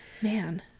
man